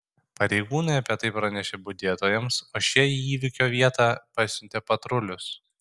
pareigūnai apie tai pranešė budėtojams o šie į įvykio vietą pasiuntė patrulius